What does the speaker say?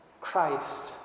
Christ